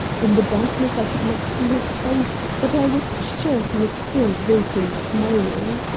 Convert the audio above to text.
in the darkness i could not see his face, but i was sure he was still vaguely smiling.